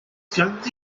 ganddi